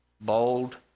bold